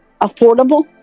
affordable